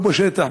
ובשטח,